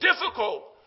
difficult